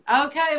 Okay